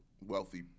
wealthy